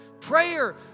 Prayer